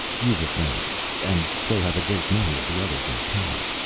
you've a family, and so have a great many of the others in the tower,